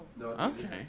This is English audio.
Okay